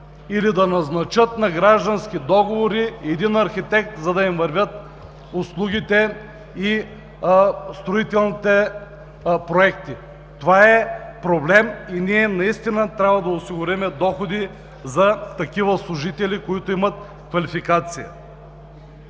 или да назначат на граждански договор архитект, за да им вървят услугите и строителните проекти. Това е проблем и ние наистина трябва да осигурим доходи за служители, които имат квалификация.